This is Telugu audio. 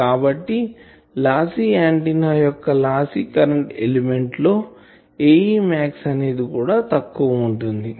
కాబట్టి లాసీ ఆంటిన్నా యొక్క లాసీ కరెంటు ఎలిమెంట్ లో Ae max అనేది కూడా తక్కువ ఉంటుంది